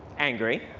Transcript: angry,